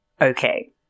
Okay